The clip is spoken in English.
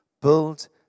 Build